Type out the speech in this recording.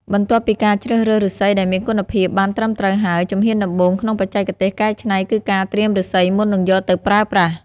បន្ទាប់ពីការជ្រើសរើសឫស្សីដែលមានគុណភាពបានត្រឹមត្រូវហើយ ជំហានដំបូងក្នុងបច្ចេកទេសកែច្នៃគឺការត្រៀមឫស្សីមុននឹងយកទៅប្រើប្រាស់។